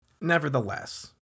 Nevertheless